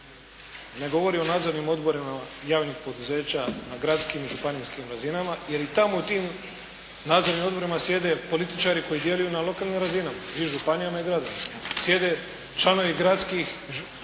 ne govori o nadzornim odborima javnih poduzeća na gradskim i županijskim razinama jer i tamo u tim nadzornim odborima sjede političari koji djeluju na lokalnim razinama i županijama i gradovima. Sjede članovi gradskih